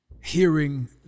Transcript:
hearing